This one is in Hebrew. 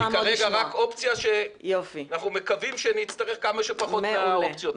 כרגע זאת רק אופציה שאנחנו מקווים שנצטרך כמה שפחות את האופציות האלה.